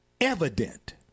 evident